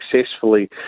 successfully